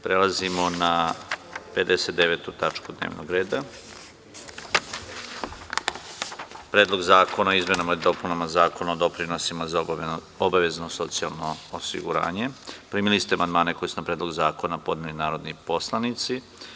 Prelazimo na 59. tačku dnevnog reda – PREDLOG ZAKONA O IZMENAMA I DOPUNAMA ZAKONA O DOPRINOSIMA ZA OBAVEZNO SOCIJALNO OSIGURANjE Primili ste amandmane koje su na Predlog zakona podneli narodni poslanici.